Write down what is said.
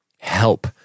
help